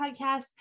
podcast